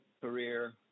career